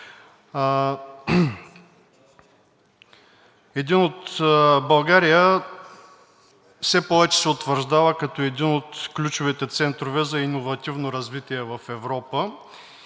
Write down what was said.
страната. България все повече се утвърждава като един от ключовите центрове за иновативно развитие в Европа